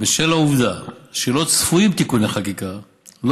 בשל העובדה שלא צפויים תיקוני חקיקה לא